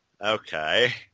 Okay